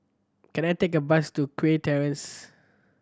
can I take a bus to Kew Terrace